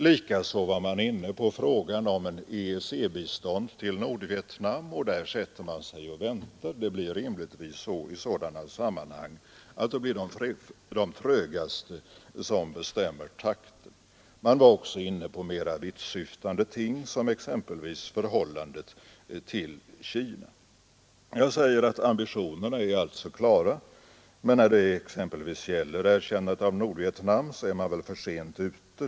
Likaså var man inne på frågan om ett EEC-bistånd till Nordvietnam, och där satte man sig att vänta. Det blir rimligtvis på det sättet i sådana sammanhang att de trögaste bestämmer takten. Man var också inne på mera vittsyftande ting som t.ex. förhållandet till Kina. Ambitionerna är alltså klara, men när det gäller exempelvis erkännandet av Nordvietnam är man väl för sent ute.